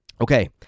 Okay